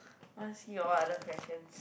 wanna see or what other questions